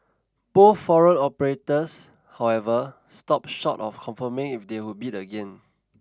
both foreign operators however stopped short of confirming if they would bid again